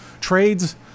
Trades